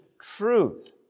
truth